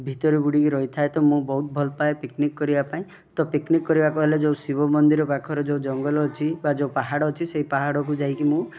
ଭିତରେ ବୁଡ଼ିକି ରହିଥାଏ ତ ମୁଁ ଭଲ ପାଏ ପିକନିକ୍ କରିବା ପାଇଁ ତ ପିକନିକ୍ କରିବାକୁ ହେଲେ ଯେଉଁ ଶିବ ମନ୍ଦିର ପାଖରେ ଯେଉଁ ଜଙ୍ଗଲ ଅଛି ବା ଯେଉଁ ପାହାଡ଼ ଅଛି ସେହି ପାହାଡ଼ ସେହି ପାହାଡ଼କୁ ଯାଇକି ମୁଁ